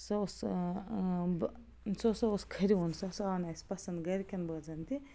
سُہ اوس سُہ سُہ ہسا اوس کھرِوُن سُہ سا آو نہٕ اَسہِ پسنٛد گَرِکٮ۪ن بٲژن تہِ